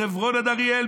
מחברון עד אריאל,